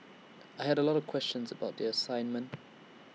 I had A lot of questions about the assignment